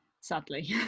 sadly